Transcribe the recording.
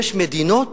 יש מדינות